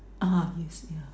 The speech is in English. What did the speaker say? uh yes yeah